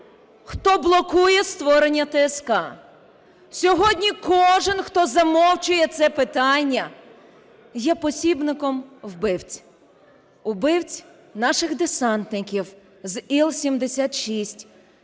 хто блокує створення ТСК, сьогодні кожен, хто замовчує це питання, є посібником вбивць. Убивць наших десантників із Іл-76,